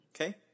Okay